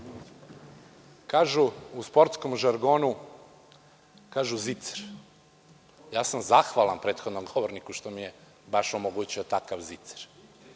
U sportskom žargonu, kažu – zicer. Ja sam zahvalan prethodnom govorniku što mi je baš omogućio takav zicer.